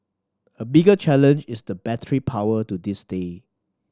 a bigger challenge is the battery power to this day